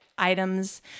items